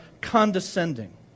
condescending